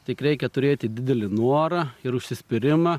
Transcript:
tik reikia turėti didelį norą ir užsispyrimą